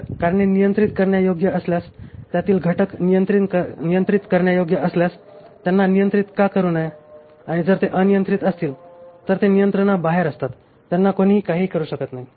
जर कारणे नियंत्रित करण्यायोग्य असल्यास त्यातील घटक नियंत्रित करण्यायोग्य असल्यास त्यांना नियंत्रित का करू नये आणि जर ते अनियंत्रित असतील तर ते नियंत्रणाबाहेर असतात त्यात कोणीही काहीही करु शकत नाही